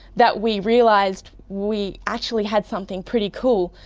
that we realised we actually had something pretty cool.